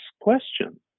question